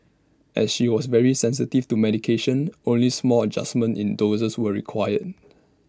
as she was very sensitive to medications only small adjustments in doses were required